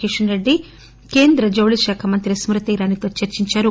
కిషన్ రెడ్డి కేంద్ర జౌళి శాఖ మంత్రి స్కృతి ఇరానీ తో చర్చించారు